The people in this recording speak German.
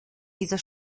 dieser